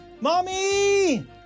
Mommy